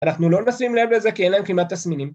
אנחנו לא נשים לב לזה כי אין להם כמעט תסמינים